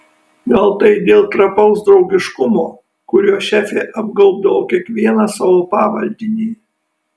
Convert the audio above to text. gal tai dėl trapaus draugiškumo kuriuo šefė apgaubdavo kiekvieną savo pavaldinį